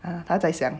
uh 他在想